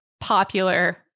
popular